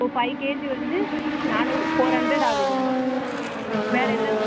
இப்போது five KG வந்து நானூறு ஃபோர் ஹண்ட்ரட் ஆகுது மேம் வேறு என்னென்ன